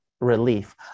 relief